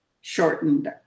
shortened